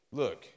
look